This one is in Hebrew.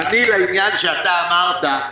לעניין שאמרת,